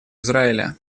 израиля